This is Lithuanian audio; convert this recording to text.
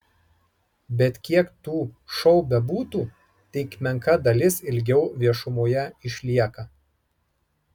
bet kiek tų šou bebūtų tik menka dalis ilgiau viešumoje išlieka